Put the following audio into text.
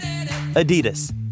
Adidas